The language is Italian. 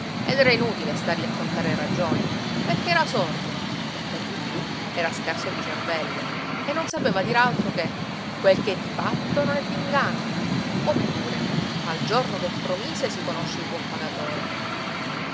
ed era inutile stargli a contare ragioni perché era sordo e per di più era scarso di cervello e non sapeva dir altro che quel che è di patto non è d'inganno oppure al giorno che promise si conosce il buon pagatore